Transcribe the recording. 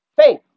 Faith